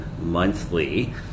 monthly